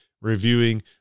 reviewing